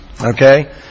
Okay